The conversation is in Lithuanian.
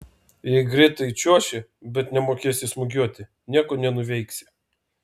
jei greitai čiuoši bet nemokėsi smūgiuoti nieko nenuveiksi